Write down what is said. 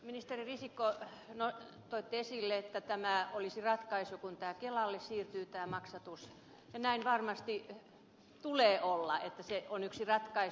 ministeri risikko toitte esille että tämä olisi ratkaisu kun tämä maksatus siirtyy kelalle ja näin varmasti tulee olla että se on yksi ratkaisu